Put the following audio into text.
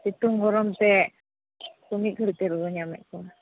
ᱥᱤᱛᱩᱝ ᱜᱚᱨᱚᱢ ᱛᱮ ᱢᱤᱫ ᱜᱷᱟᱹᱲᱤᱡ ᱛᱮ ᱨᱩᱣᱟᱹ ᱧᱟᱢᱮᱫ ᱠᱚᱣᱟ